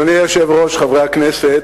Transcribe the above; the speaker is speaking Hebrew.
אדוני היושב-ראש, חברי הכנסת,